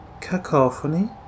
Cacophony